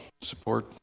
support